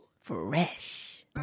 Fresh